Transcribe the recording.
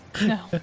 No